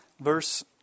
verse